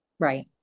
Right